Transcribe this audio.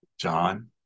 John